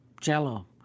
Jello